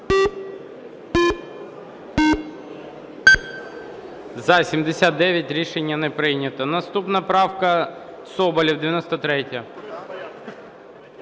За-79 Рішення не прийнято. Наступна правка. Соболєв, 93-я.